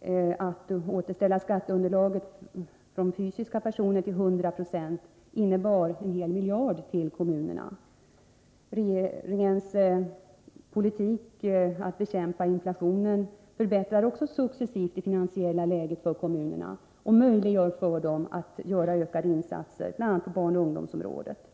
nämligen att återställa skatteunderlaget från fysiska personer till 100 26, innebar en miljard till kommunerna. Regeringens politik att bekämpa inflationen förbättrar också successivt det finansiella läget för kommunerna och möjliggör ökade insatser, bl.a. på barnoch ungdomsområdet.